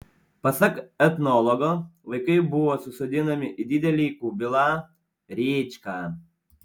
pasak etnologo vaikai buvo susodinami į didelį kubilą rėčką